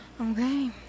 Okay